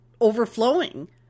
overflowing